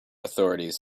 authorities